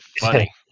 funny